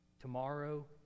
tomorrow